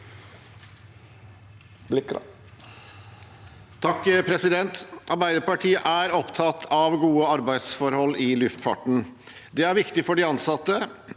(A) Arbeiderpartiet er opp- tatt av gode arbeidsforhold i luftfarten. Det er viktig for de ansatte,